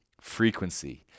frequency